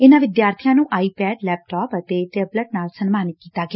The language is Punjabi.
ਇਨੂਾ ਵਿਦਿਆਰਬੀਆਂ ਨੂੰ ਆਈ ਪੈਡ ਲੈਪਟਾਪ ਅਤੇ ਟੇਬਲੈਟ ਨਾਲ ਸਨਮਾਨਿਤ ਕੀਤਾ ਗਿਆ